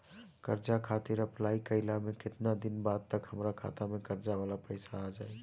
कर्जा खातिर अप्लाई कईला के केतना दिन बाद तक हमरा खाता मे कर्जा वाला पैसा आ जायी?